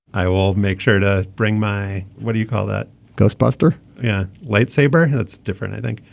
i will make sure to bring my what do you call that ghostbuster yeah light saber that's different i think.